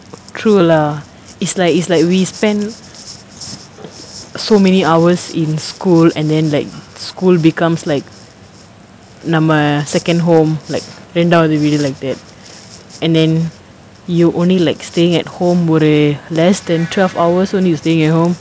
true lah it's like it's like we spend so many hours in school and then like school becomes like நம்ம:namma second home like ரெண்டாவது வீடு:rendaavathu veedu like that and then you only like staying at home ஒரு:oru less than twelve hours so you staying at home